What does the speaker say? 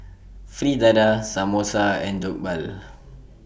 Fritada Samosa and Jokbal